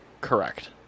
correct